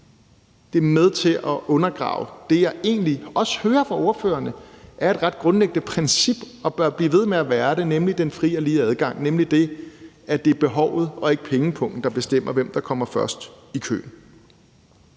Det er med til at undergrave det, som jeg egentlig også hører fra ordførerne er et ret grundlæggende princip og bør blive ved med at være det, nemlig den frie og lige adgang og nemlig det, at det er behovet og ikke pengepungen, der bestemmer, hvem der kommer først i køen.